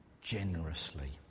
generously